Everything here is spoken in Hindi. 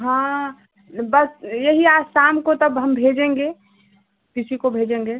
हाँ बस यही आज शाम को तब हम भेजेंगे किसी को भेजेंगे